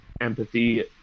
empathy